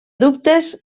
dubtes